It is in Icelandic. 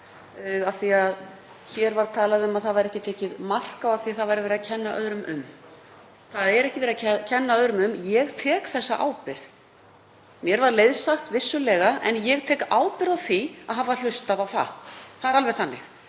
því að hér var talað um að ekki væri tekið mark á afsökunarbeiðni af því að verið væri að kenna öðrum um: Það er ekki verið að kenna öðrum um. Ég tek þessa ábyrgð. Mér var leiðsagt, vissulega, en ég tek ábyrgð á því að hafa hlustað á það. Það er alveg þannig.